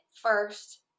first